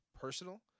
personal